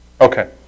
Okay